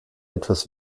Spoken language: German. etwas